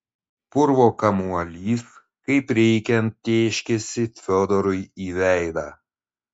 purvo kamuolys kaip reikiant tėškėsi fiodorui į veidą